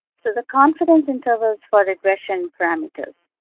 so the confidence intervals for regression parameters.